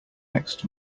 next